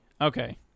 okay